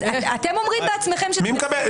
אתם בעצמכם אומרים שצריך.